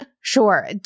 Sure